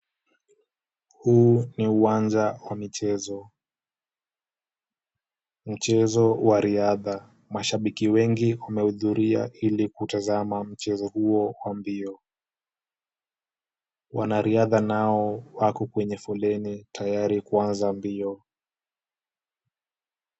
Huu ni uwanja wa michezo. Mchezo wa riadha. Mashabiki wengi wamehudhuria ili kutazama mchezo huo wa mbio. Wanariadha nao wako kwenye foleni tayari kuanza mbio.